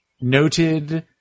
noted